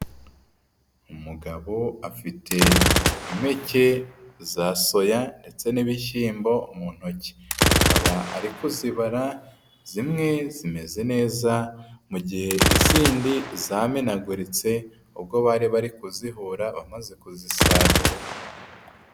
Umugabo afite impeke za soya ndetse n'ibishyimbo mu ntoki, akaba ariko zibara, zimwe zimeze neza mu gihe izindi zamenaguritse ubwo bari bari kuzihora bamaze kuzisarura.